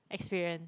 experience